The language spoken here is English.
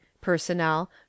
personnel